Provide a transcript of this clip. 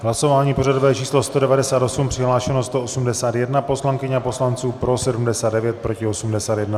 V hlasování pořadové číslo 198 přihlášeno 181 poslankyň a poslanců, pro 79, proti 81.